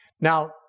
Now